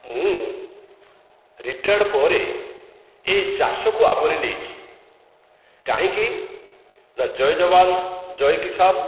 ମୁଁ ରିଟାର୍ଡ଼ ପରେ ଏ ଚାଷକୁ ଆବୋରି ନେଇଛି କାହିଁକି ନା ଜୟ ଯବାନ ଜୟ କିଷାନ